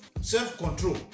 Self-control